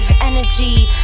energy